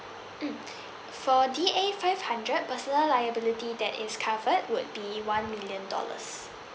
mm for D A five hundred personal liability that is covered would be one million dollars